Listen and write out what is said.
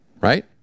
right